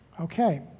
Okay